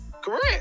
Correct